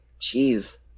jeez